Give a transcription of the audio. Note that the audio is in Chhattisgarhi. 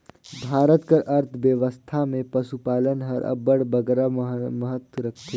भारत कर अर्थबेवस्था में पसुपालन हर अब्बड़ बगरा महत रखथे